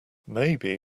maybe